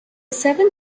seven